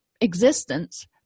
existence